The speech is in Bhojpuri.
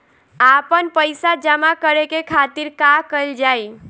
आपन पइसा जमा करे के खातिर का कइल जाइ?